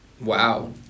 wow